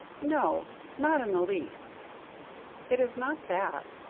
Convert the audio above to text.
no, not in the least it is not that.